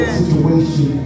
situation